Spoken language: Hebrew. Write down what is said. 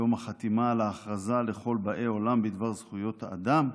יום החתימה על ההכרזה לכל באי עולם בדבר זכויות האדם,